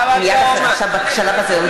עד